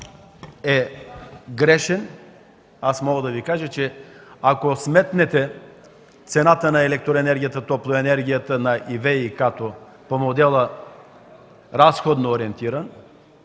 е грешен. Мога да Ви кажа, че ако сметнете цената на електроенергията, на топлоенергията и ВиК по модела – разходно ориентиран